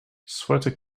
zwarte